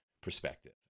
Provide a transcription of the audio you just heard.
perspective